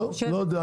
לא יודע.